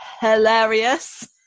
hilarious